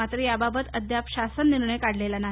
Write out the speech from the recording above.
मात्र याबाबत अद्याप शासननिर्णय काढलेला नाही